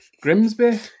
Grimsby